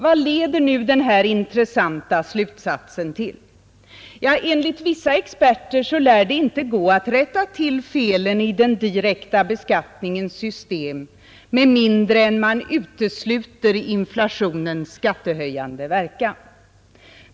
Vad leder nu den här intressanta slutsatsen till? Ja, enligt vissa experter lär det inte gå att rätta till felen i den direkta beskattningens system med mindre än att man utesluter inflationens skattehöjande verkan.